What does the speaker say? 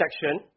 section